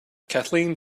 kathleen